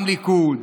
גם ליכוד,